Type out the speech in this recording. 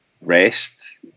rest